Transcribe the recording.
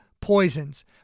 poisons